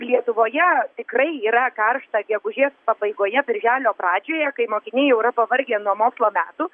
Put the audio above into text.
lietuvoje tikrai yra karšta gegužės pabaigoje birželio pradžioje kai mokiniai jau yra pavargę nuo mokslo metų